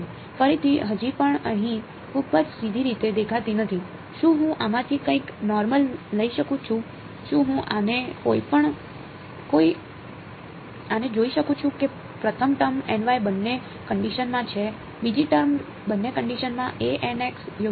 ફરીથી હજી પણ અહીં ખૂબ જ સીધી રીતે દેખાતી નથી શું હું આમાંથી કંઈક નોર્મલ લઈ શકું છું શું હું આને જોઈ શકું છું કે પ્રથમ ટર્મ બંને કંડિશન માં છે બીજી ટર્મ બંને કંડિશનમાં a યોગ્ય છે